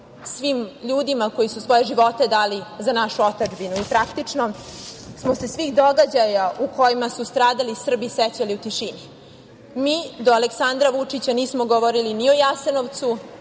svim ljudima koji su svoje živote dali za našu otadžbinu, i praktično, posle svih događaja u kojima su stradali Srbiji sećali u tišini. Mi do Aleksandra Vučića nismo govorili ni o Jasenovcu,